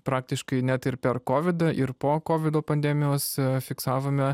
praktiškai net ir per kovidą ir po kovido pandemijos fiksavome